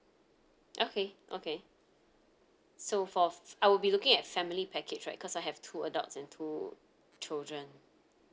okay okay so for I will be looking at family package right because I have two adults and two children